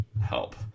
help